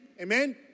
Amen